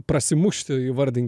prasimušti įvardin